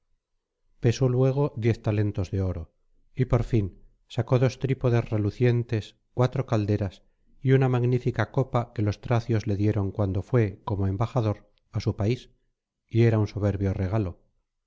pesó luego diez talentos de oro y por fin sacó dos trípodes relucientes cuatro calderas y una magnífica copa que los tracios le dieron cuando fué como embajador á su país y era un soberbio regalo